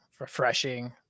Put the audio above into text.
Refreshing